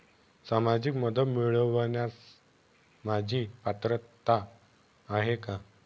सामाजिक मदत मिळवण्यास माझी पात्रता आहे का?